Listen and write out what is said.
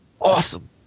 Awesome